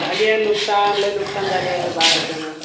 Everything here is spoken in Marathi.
झाली आहे नुकसान लय नुकसान झाली आहे बाडच्यानं